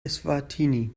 eswatini